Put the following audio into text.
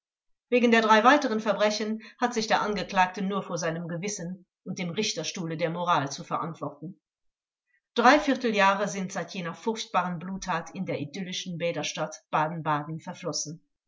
wegen der drei weiteren verbrechen hat sich der angeklagte nur vor seinem gewissen und dem richterstuhle der moral zu verantworten dreiviertel jahre sind seit jener furchtbaren bluttat in der idyllischen bäderstadt baden-baden verflossen